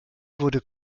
wurde